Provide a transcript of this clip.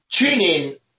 TuneIn